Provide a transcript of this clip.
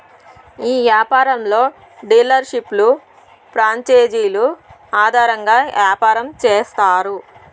ఈ యాపారంలో డీలర్షిప్లు ప్రాంచేజీలు ఆధారంగా యాపారం చేత్తారు